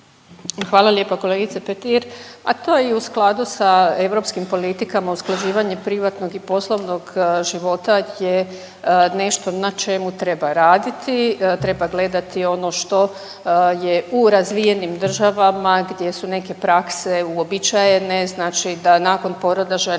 Hvala lijepa kolegice Petir, pa to je i u skladu sa europskim politikama, usklađivanje privatnog i poslovnog života je nešto na čemu treba raditi, treba gledati ono što je u razvijenim državama gdje su neke prakse uobičajene, znači da nakon poroda žena